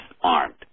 armed